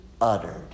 uttered